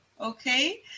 okay